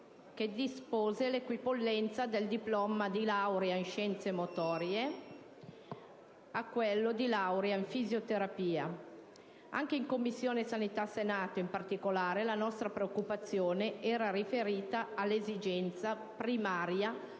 che dispose l'equipollenza del diploma di laurea in scienze motorie al diploma di laurea in fisioterapia. Anche in Commissione sanità del Senato, in particolare, la preoccupazione espressa era riferita all'esigenza primaria